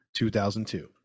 2002